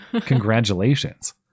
Congratulations